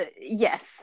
yes